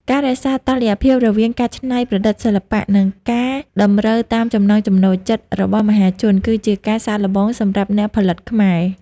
ការរក្សាតុល្យភាពរវាងការច្នៃប្រឌិតសិល្បៈ និងការតម្រូវតាមចំណង់ចំណូលចិត្តរបស់មហាជន គឺជាការសាកល្បងសម្រាប់អ្នកផលិតខ្មែរ។